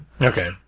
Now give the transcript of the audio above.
okay